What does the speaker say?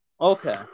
Okay